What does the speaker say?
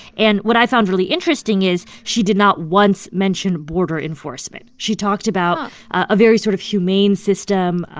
and what i found really interesting is she did not once mention border enforcement. she talked about a very sort of humane system.